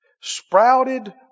sprouted